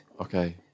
Okay